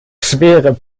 schwere